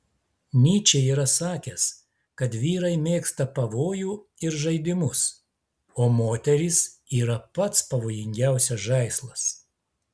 nyčė yra sakęs kad vyrai mėgsta pavojų ir žaidimus o moterys yra pats pavojingiausias žaislas